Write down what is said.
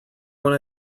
one